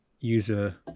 user